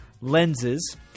lenses